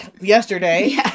yesterday